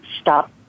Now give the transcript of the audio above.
stop